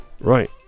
Right